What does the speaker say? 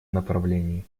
направлении